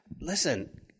listen